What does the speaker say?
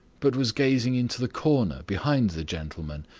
but was gazing into the corner behind the gentleman,